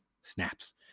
snaps